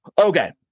okay